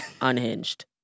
unhinged